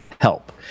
help